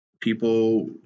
people